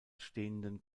stehenden